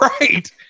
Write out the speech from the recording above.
Right